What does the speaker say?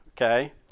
Okay